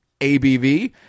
ABV